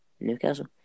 Newcastle